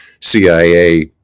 CIA